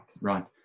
right